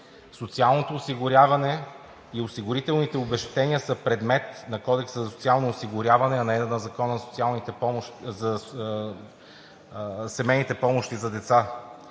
Социалното осигуряване и осигурителните обезщетения са предмет на Кодекса за социално осигуряване, а не на Закона за семейните помощи за деца.